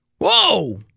Whoa